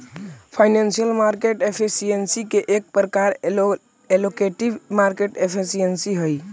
financial market efficiency के एक प्रकार एलोकेटिव मार्केट एफिशिएंसी हई